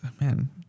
Man